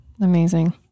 Amazing